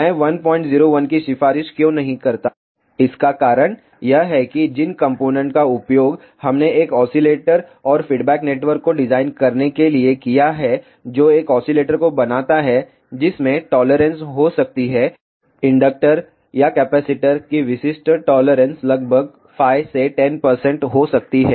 मैं 101 की सिफारिश क्यों नहीं करता इसका कारण यह है कि जिन कंपोनेंट का उपयोग हमने एक ऑसीलेटर और फीडबैक नेटवर्क को डिजाइन करने के लिए किया है जो एक ऑसीलेटर को बनाता है जिसमें टॉलरेंस हो सकती है इंडक्टर या कैपेसिटर की विशिष्ट टॉलरेंस लगभग 5 से 10 हो सकती है